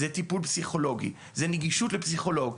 זה טיפול פסיכולוגי, זה נגישות לפסיכולוג.